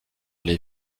les